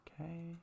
Okay